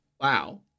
Wow